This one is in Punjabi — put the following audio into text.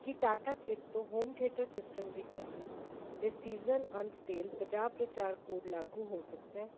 ਕੀ ਟਾਟਾ ਕਲਿਕ ਤੋਂ ਹੋਮ ਥੀਏਟਰ ਸਿਸਟਮ ਦੀ ਖਰੀਦ 'ਤੇ ਸੀਜ਼ਨ ਅੰਤ ਸੇਲ ਪੰਜਾਹ ਪ੍ਰਚਾਰ ਕੋਡ ਲਾਗੂ ਹੋ ਸਕਦਾ